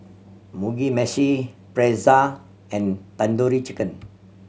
Mugi Meshi Pretzel and Tandoori Chicken